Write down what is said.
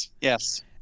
Yes